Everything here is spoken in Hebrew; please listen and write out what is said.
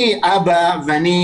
אני אבא ואני,